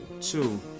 Two